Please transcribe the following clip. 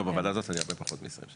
לא, בוועדה הזאת אני הרבה פחות מ-20 שנה.